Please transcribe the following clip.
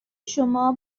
شما